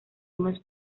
unos